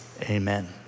amen